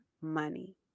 money